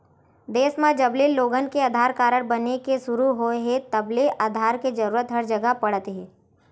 देस म जबले लोगन के आधार कारड बने के सुरू होए हे तब ले आधार के जरूरत हर जघा पड़त हे